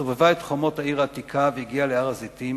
סובבה את חומות העיר העתיקה והגיעה להר-הזיתים.